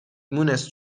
مونس